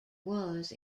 was